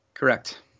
Correct